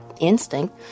instinct